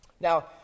now